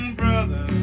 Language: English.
brother